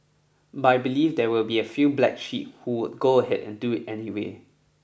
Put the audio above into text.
but I believe there will be a few black sheep who would go ahead and do it anyway